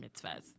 mitzvahs